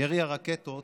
ירי הרקטות